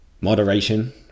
moderation